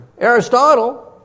Aristotle